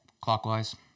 clockwise